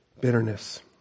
Bitterness